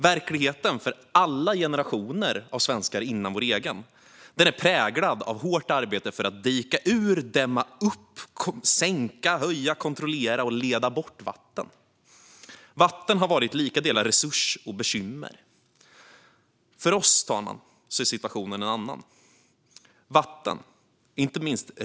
Verkligheten för alla generationer svenskar före vår egen är präglad av hårt arbete för att dika ur, dämma upp, sänka, höja, kontrollera och leda bort vatten. Vatten har varit lika delar resurs och bekymmer. För oss, fru talman, är situationen en annan.